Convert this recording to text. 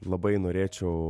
labai norėčiau